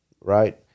right